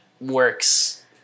works